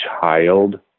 child